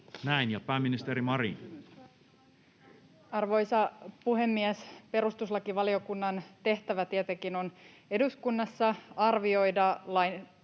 Näin. — Pääministeri Marin. Arvoisa puhemies! Perustuslakivaliokunnan tehtävä tietenkin on eduskunnassa arvioida